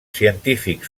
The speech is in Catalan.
científics